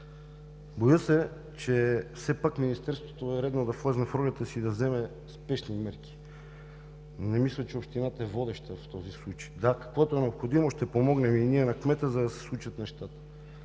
Мисля, че Министерството е редно да влезе в ролята си и да вземе спешни мерки. Не мисля, че общината е водеща в този случай. С каквото е необходимо ще помогнем на кмета и ние, за да се случат нещата.